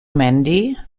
mandy